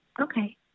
Okay